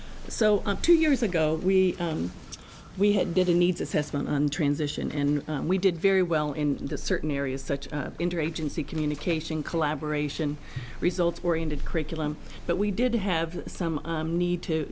so two years ago we we had bidden needs assessment on transition and we did very well in certain areas such as interagency communication collaboration results oriented curriculum but we did have some need to